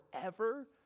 forever